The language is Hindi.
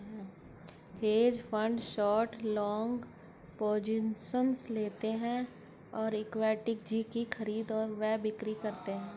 हेज फंड शॉट व लॉन्ग पोजिशंस लेते हैं, इक्विटीज की खरीद व बिक्री करते हैं